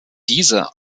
diese